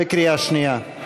בקריאה שנייה.